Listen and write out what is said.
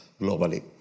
globally